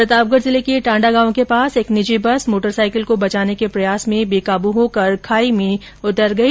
प्रतापगढ़ जिले के टांडा गांव के पास एक निजी बस मोटर साइकिल को बचाने के प्रयास में बेकाब होकर खाई में उतर गई